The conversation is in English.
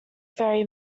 very